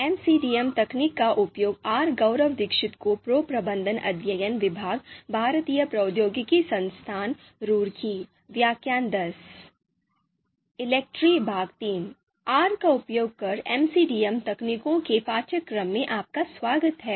Rका उपयोग कर MCDM तकनीकों के पाठ्यक्रम में आपका स्वागत है